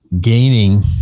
gaining